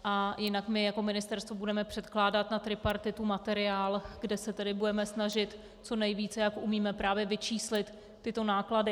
A jinak my jako ministerstvo budeme předkládat na tripartitu materiál, kde se budeme snažit co nejvíce, jak umíme, vyčíslit tyto náklady.